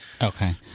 Okay